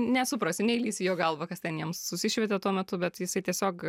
nesuprasi neįlįsi į jo galvą kas ten jam susišveitė tuo metu bet jisai tiesiog